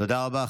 תודה רבה.